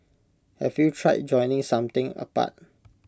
have you tried joining something apart